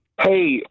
Hey